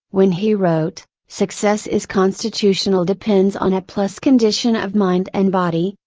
when he wrote, success is constitutional depends on a plus condition of mind and body,